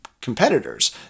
competitors